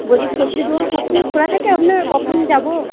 বলছি সবজির দোকান সবসময় খোলা থাকে আপনার কখন যাব